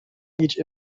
each